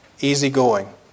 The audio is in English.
Easygoing